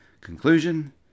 Conclusion